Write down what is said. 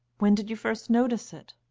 when did you first notice it?